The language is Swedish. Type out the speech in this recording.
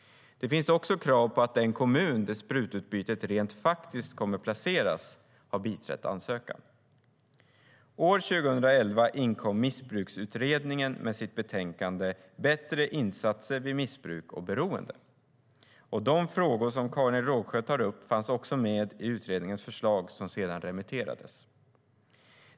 Det finns också krav på att den kommun där sprututbytesverksamheten rent faktiskt kommer att placeras har biträtt ansökan. . De frågor Karin Rågsjö tar upp fanns också med i utredningens förslag, som sedan remitterades.